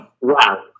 Wow